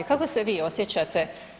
Kako se vi osjećate?